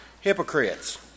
Hypocrites